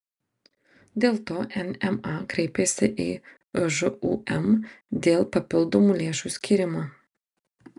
dėl to nma kreipėsi į žūm dėl papildomų lėšų skyrimo